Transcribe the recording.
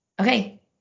Okay